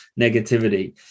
negativity